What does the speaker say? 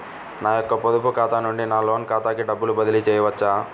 నా యొక్క పొదుపు ఖాతా నుండి నా లోన్ ఖాతాకి డబ్బులు బదిలీ చేయవచ్చా?